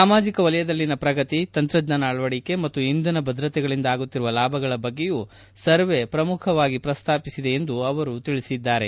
ಸಾಮಾಜಿಕ ವಲಯದಲ್ಲಿನ ಪ್ರಗತಿ ತಂತ್ರಜ್ಞಾನ ಅಳವಡಿಕೆ ಮತ್ತು ಇಂಧನ ಭದ್ರತೆಗಳಿಂದ ಆಗುತ್ತಿರುವ ಲಾಭಗಳ ಬಗ್ಗೆಯು ಸರ್ವೇ ಪ್ರಮುಖವಾಗಿ ಪ್ರಸ್ತಾಪಿಸಿದೆ ಎಂದು ಅವರು ಹೇಳಿದ್ದಾರೆ